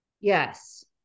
Yes